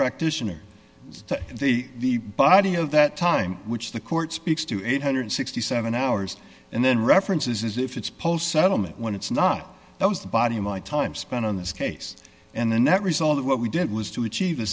practitioner they the body of that time which the court speaks to eight hundred and sixty seven hours and then references if it's paul settlement when it's not that was the body my time spent on this case and the net result of what we did was to achieve